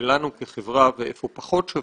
שלנו כחברה והיכן פחות שווה,